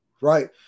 Right